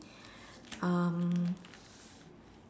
um